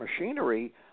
machinery